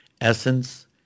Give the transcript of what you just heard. essence